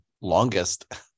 longest